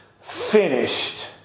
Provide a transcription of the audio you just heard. finished